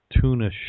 tuna